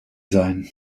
sein